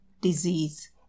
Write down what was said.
disease